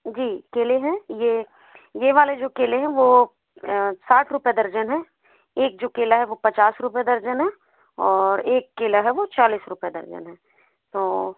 जी केले हैं ये ये वाले जो केले हैं वो साठ रूपये दर्जन है एक जो केला है वो पचास रूपये दर्जन है और एक केला है वो चालीस रूपये दर्जन है तो